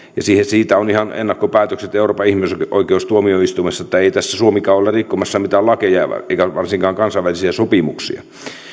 ja siitä on ihan ennakkopäätökset euroopan ihmisoikeustuomioistuimesta niin että ei tässä suomikaan ole rikkomassa mitään lakeja eikä varsinkaan kansainvälisiä sopimuksia